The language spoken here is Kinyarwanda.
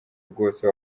bwose